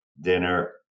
dinner